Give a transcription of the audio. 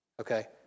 Okay